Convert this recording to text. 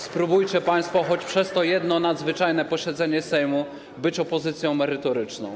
Spróbujcie państwo choć przez to jedno nadzwyczajne posiedzenie Sejmu być opozycją merytoryczną.